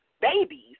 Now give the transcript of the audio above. babies